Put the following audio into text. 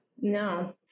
no